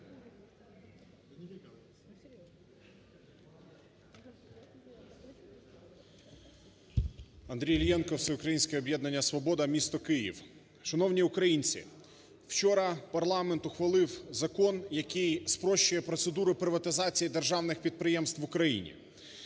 Андрій Іллєнко, Всеукраїнське об'єднання "Свобода", місто Київ. Шановні українці! Вчора парламент ухвалив Закон, який спрощує процедуру приватизації державних підприємств в Україні.